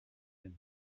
zen